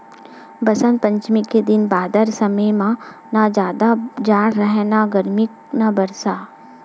बसंत पंचमी के दिन बादर समे म न जादा जाड़ राहय न गरमी न बरसा